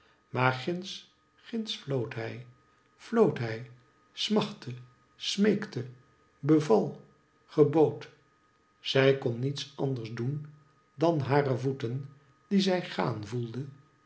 maar ginds ginds floot hij floot hij smachtte smeekte beval gebood zij kon niets anders doen dan hare voeten die zij gaan voelde